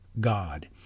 God